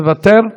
מוותר?